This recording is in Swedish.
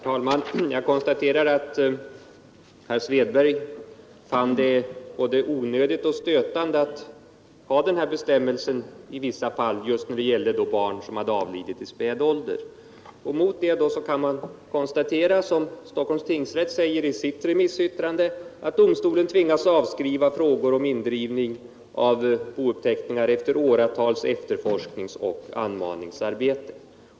Herr talman! Jag konstaterar att herr Svedberg fann det både onödigt och stötande att ha bestämmelsen om bouppteckning i vissa fall när det gällde barn som avlidit i späd ålder. I samband med det kan man anföra vad Stockholms tingsrätt säger i sitt remissyttrande, nämligen att domstolen tvingas avskriva frågor om indrivning av bouppteckningar efter åratals efterforskningsoch anmaningsarbete.